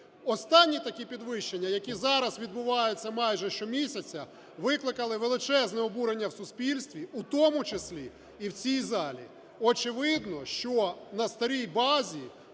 Останні такі підвищення, які зараз відбуваються майже щомісяця викликали величезне обурення в суспільстві, у тому числі і в цій залі. Очевидно, що на старій базі